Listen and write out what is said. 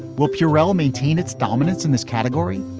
we'll prl maintain its dominance in this category.